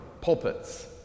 pulpits